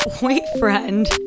boyfriend